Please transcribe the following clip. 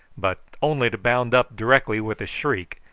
but only to bound up directly with a shriek,